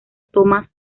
tomás